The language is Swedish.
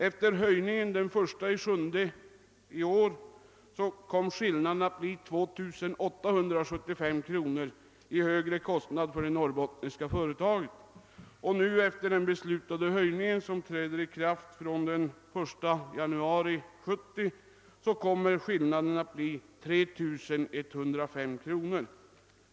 Efter höjningen den 1 juli blev transportkostnaderna 2875 kronor högre för de norrbottniska företagen. Efter den beslutade höjningen den 1 januari 1970 blir skillnaden 3105 kronor.